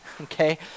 okay